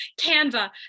Canva